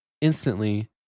instantly